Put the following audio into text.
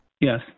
Yes